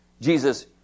Jesus